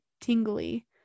tingly